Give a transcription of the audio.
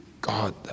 God